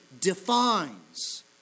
defines